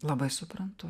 labai suprantu